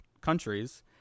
countries